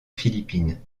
philippines